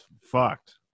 fucked